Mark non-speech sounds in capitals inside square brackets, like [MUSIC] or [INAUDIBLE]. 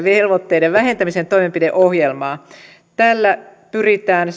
[UNINTELLIGIBLE] velvoitteiden vähentämisen toimenpideohjelmaa tällä pyritään [UNINTELLIGIBLE]